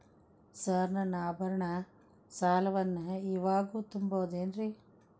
Sir ನನ್ನ ಆಭರಣ ಸಾಲವನ್ನು ಇವಾಗು ತುಂಬ ಬಹುದೇನ್ರಿ?